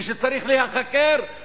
מי שצריך להיחקר,